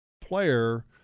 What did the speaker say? player